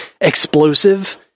explosive